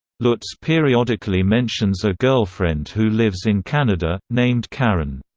lutz periodically mentions a girlfriend who lives in canada, named karen.